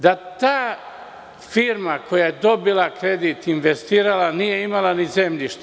Da ta firma, koja je dobila kredit, investirala, nije imala ni zemljište.